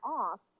off